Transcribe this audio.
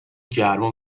گرما